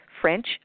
French